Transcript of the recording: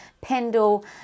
Pendle